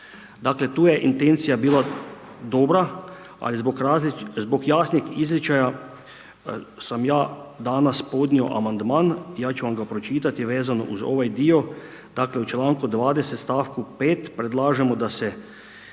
Dakle, tu je intencija bila dobra, ali zbog različitih, zbog jasnih izričaja sam ja danas podnio amandman, ja ću vam ga pročitati vezano uz ovaj dio, dakle u članku 20. stavku 5. predlažemo da se